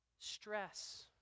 stress